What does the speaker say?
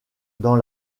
dans